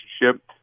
relationship